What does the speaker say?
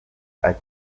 ati